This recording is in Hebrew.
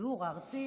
הפיזור הארצי